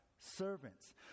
servants